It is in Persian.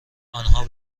آنها